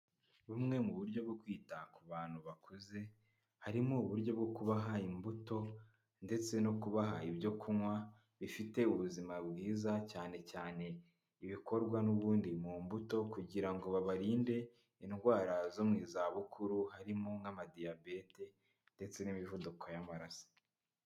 Bumwe mu buryo bwo kwita ku bantu bakuze, harimo uburyo bwo kubaha imbuto ndetse no kubaha ibyo kunywa bifite ubuzima bwiza cyane cyane ibikorwa n'ubundi mu mbuto kugira ngo babarinde indwara zo mu zabukuru. Harimo nk'amadiyabete ndetse n'imivuduko y'amaraso.